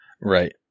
Right